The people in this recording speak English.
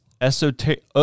esoteric